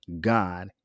God